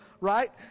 right